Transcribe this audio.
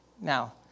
Now